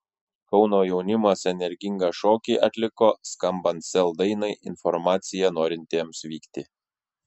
kauno jaunimas energingą šokį atliko skambant sel dainai informacija norintiems vykti